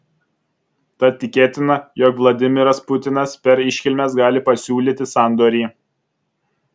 tad tikėtina jog vladimiras putinas per iškilmes gali pasiūlyti sandorį